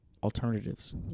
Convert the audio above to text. Alternatives